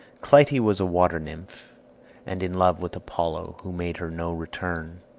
clytie was a water-nymph and in love with apollo, who made her no return.